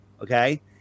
okay